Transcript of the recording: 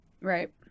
Right